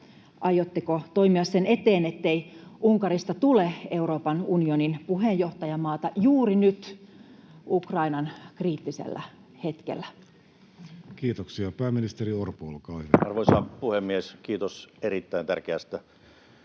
aiotteko toimia sen eteen, ettei Unkarista tule Euroopan unionin puheenjohtajamaata juuri nyt, Ukrainan kriittisellä hetkellä? Kiitoksia. — Pääministeri Orpo, olkaa hyvä. Arvoisa puhemies! Kiitos erittäin tärkeästä